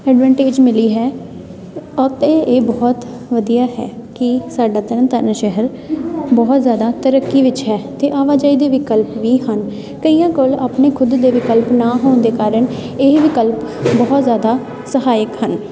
advantage ਮਿਲੀ ਹੈ ਅਤੇ ਇਹ ਬਹੁਤ ਵਧੀਆ ਹੈ ਕਿ ਸਾਡਾ ਤਰਨ ਤਾਰਨ ਸ਼ਹਿਰ ਬਹੁਤ ਜ਼ਿਆਦਾ ਤਰੱਕੀ ਵਿੱਚ ਹੈ ਅਤੇ ਆਵਾਜਾਈ ਦੇ ਵਿਕਲਪ ਵੀ ਹਨ ਕਈਆਂ ਕੋਲ ਆਪਣੇ ਖੁਦ ਦੇ ਵਿਕਲਪ ਨਾ ਹੋਣ ਦੇ ਕਾਰਨ ਇਹ ਵਿਕਲਪ ਬਹੁਤ ਜ਼ਿਆਦਾ ਸਹਾਇਕ ਹਨ